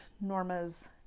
Norma's